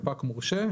"ספק מורשה",